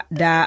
da